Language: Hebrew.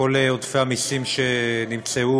כל עודפי המסים שנמצאו.